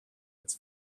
its